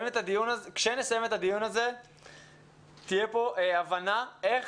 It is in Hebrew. כשנסיים את הדיון הזה תהיה פה הבנה איך